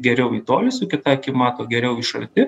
geriau į tolį su kita akim mato geriau iš arti